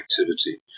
activity